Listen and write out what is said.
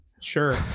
sure